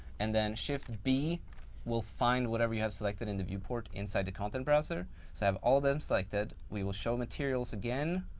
and then shift b will find whatever you have selected in the viewport inside the content browser. so, i have all them selected. we will show materials again